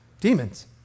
demons